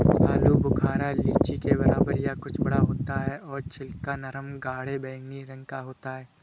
आलू बुखारा लीची के बराबर या कुछ बड़ा होता है और छिलका नरम गाढ़े बैंगनी रंग का होता है